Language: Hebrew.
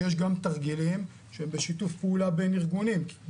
שיש גם תרגילים שהם בשיתוף פעולה בין ארגונים כי